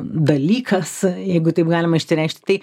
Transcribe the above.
dalykas jeigu taip galima išsireikšti tai